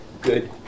good